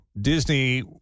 Disney